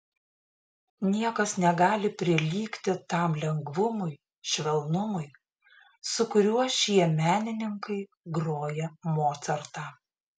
niekas negali prilygti tam lengvumui švelnumui su kuriuo šie menininkai groja mocartą